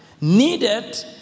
needed